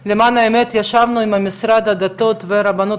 אנחנו למען האמת ישבנו עם משרד הדתות והרבנות